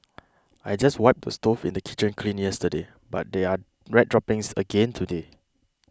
I just wiped the stove in the kitchen clean yesterday but there are rat droppings again today